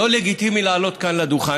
לא לגיטימי לעלות כאן לדוכן,